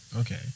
okay